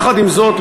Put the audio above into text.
יחד עם זאת,